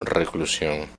reclusión